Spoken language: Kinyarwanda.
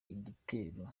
igitero